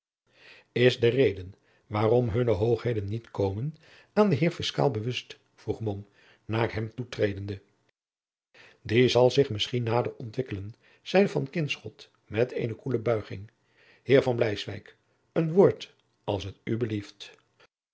is de reden waarom hunne hoogheden niet komen aan den heer fiscaal bewust vroeg mom naar hem toetredende die zal zich misschien nader ontwikkelen zeide van kinschot met eene koele buiging heer van bleiswyk een woord als t u belieft